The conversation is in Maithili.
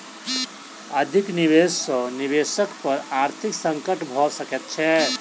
अधिक निवेश सॅ निवेशक पर आर्थिक संकट भ सकैत छै